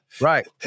Right